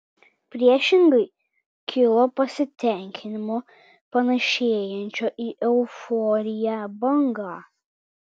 priešingai kilo pasitenkinimo panašėjančio į euforiją banga